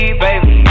baby